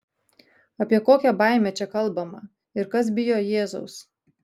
apie kokią baimę čia kalbama ir kas bijo jėzaus